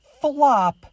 flop